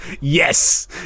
Yes